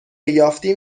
یافتیم